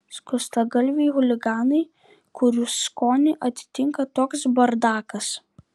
skustagalviai chuliganai kurių skonį atitinka toks bardakas